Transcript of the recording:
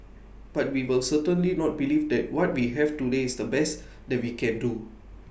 but we will certainly not believe that what we have to list is the best that we can do